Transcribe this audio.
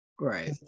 Right